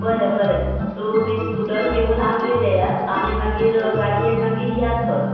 बरें बरें तूं बी स्कुटर घेवून आमगेर येयात आमी मागीर अ गाडीयेन मागीर या थंय